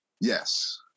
yes